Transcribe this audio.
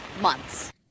months